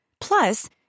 Plus